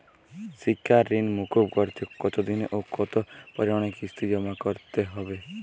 শিক্ষার ঋণ মুকুব করতে কতোদিনে ও কতো পরিমাণে কিস্তি জমা করতে হবে?